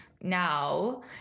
Now